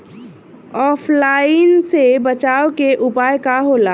ऑफलाइनसे बचाव के उपाय का होला?